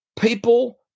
people